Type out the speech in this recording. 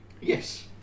Yes